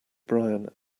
brian